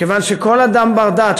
כיוון שכל אדם בר-דעת,